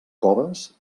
coves